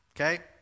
Okay